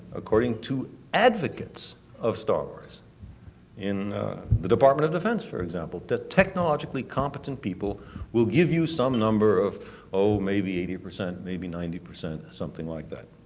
according to advocates of star wars in the department of defense, for example, the technologically competent people would give you some number of oh maybe eighty percent, maybe ninety percent or something like that.